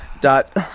dot